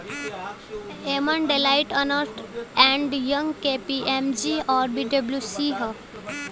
एमन Deloitte, Ernst and Young, KPMG आउर पी.डब्ल्यू.सी हौ